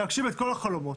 להגשים את כל החלומות.